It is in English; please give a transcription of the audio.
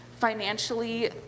financially